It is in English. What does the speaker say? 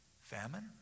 famine